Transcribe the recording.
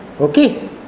Okay